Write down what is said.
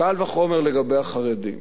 קל וחומר לגבי החרדים.